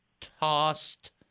tossed